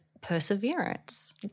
perseverance